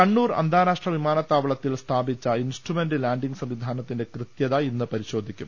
കണ്ണൂർ അന്താരാഷ്ട്ര വിമാനത്താവളത്തിൽ സ്ഥാപിച്ച ഇൻസ്ട്രുമെന്റ് ലാന്റിങ് സംവിധാനത്തിന്റെ കൃത്യത ഇന്ന് പരി ശോധിക്കും